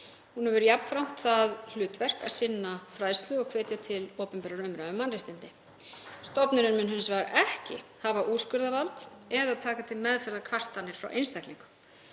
Hún hefur jafnframt það hlutverk að sinna fræðslu og hvetja til opinberrar umræðu um mannréttindi. Stofnunin mun hins vegar ekki hafa úrskurðarvald eða taka til meðferðar kvartanir frá einstaklingum.